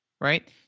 right